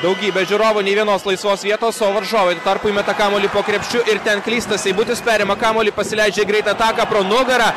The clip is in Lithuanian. daugybė žiūrovų nei vienos laisvos vietos o varžovai tuo tarpu įmeta kamuolį po krepšiu ir ten klysta seibutis perima kamuolį pasileidžia greitą ataką pro nugarą